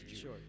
Sure